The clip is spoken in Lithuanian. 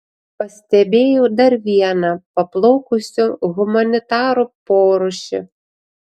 pastebėjau dar vieną paplaukusių humanitarų porūšį